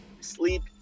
sleep